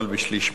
אבל בשליש מחיר.